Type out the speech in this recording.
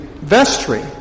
vestry